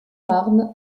marne